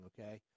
okay